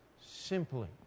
simply